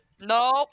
Nope